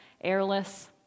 airless